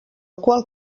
qual